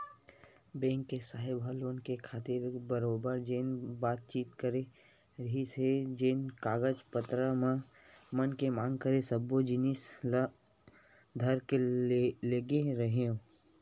bank के साहेब ह लोन खातिर बरोबर जेन बातचीत करे रिहिस हे जेन कागज पतर मन के मांग करे सब्बो जिनिस ल धर के लेगे रेहेंव